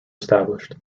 established